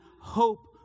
hope